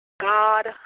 God